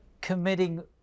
committing